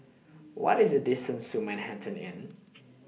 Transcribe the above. What IS The distance to Manhattan Inn